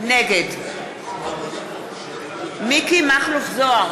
נגד מיקי מכלוף זוהר,